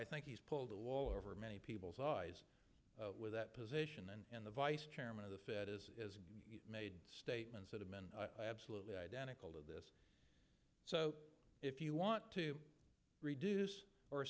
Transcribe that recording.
i think he's pulled the wool over many people's eyes with that position and the vice chairman of the fed is made statements that have been absolutely identical to this so if you want to reduce or